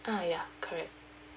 uh ya correct